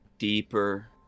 deeper